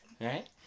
right